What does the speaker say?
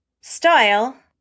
Style